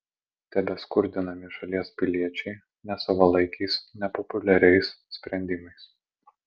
tebeskurdinami šalies piliečiai nesavalaikiais nepopuliariais sprendimais